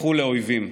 הפכו לאויבים.